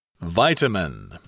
vitamin